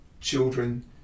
children